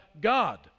God